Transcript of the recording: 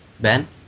Ben